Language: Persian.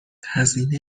هزینه